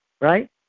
Right